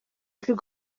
plus